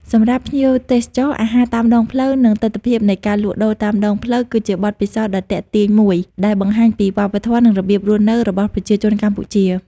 សម្រាប់ភ្ញៀវទេសចរ អាហារតាមដងផ្លូវ និងទិដ្ឋភាពនៃការលក់ដូរតាមដងផ្លូវ គឺជាបទពិសោធន៍ដ៏ទាក់ទាញមួយដែលបង្ហាញពីវប្បធម៌ និងរបៀបរស់នៅរបស់ប្រជាជនកម្ពុជា ។